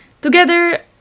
Together